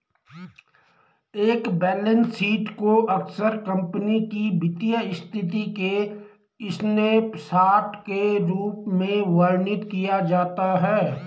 एक balance sheet को अक्सर कंपनी की वित्तीय स्थिति के स्नैपशॉट के रूप में वर्णित किया जाता है